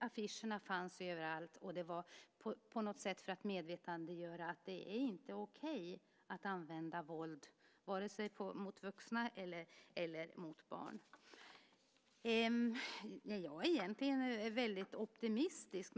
Affischerna fanns överallt för att på något sätt medvetandegöra att det inte är okej att använda våld vare sig mot vuxna eller mot barn. Nej, jag är egentligen väldigt optimistisk.